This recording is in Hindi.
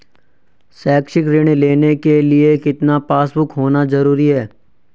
शैक्षिक ऋण लेने के लिए कितना पासबुक होना जरूरी है?